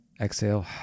exhale